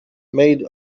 made